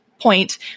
point